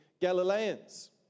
Galileans